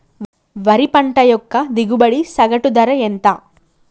వరి పంట యొక్క దిగుబడి సగటు ధర ఎంత?